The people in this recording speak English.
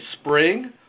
spring